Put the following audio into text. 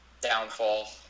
downfall